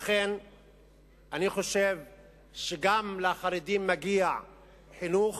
אני חושב שגם לחרדים מגיע חינוך,